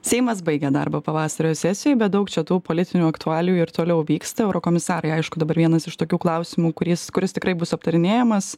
seimas baigia darbą pavasario sesijoj bet daug čia tų politinių aktualijų ir toliau vyksta eurokomisarai aišku dabar vienas iš tokių klausimų kuris kuris tikrai bus aptarinėjamas